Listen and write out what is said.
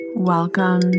Welcome